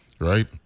right